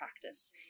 practice